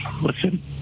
Listen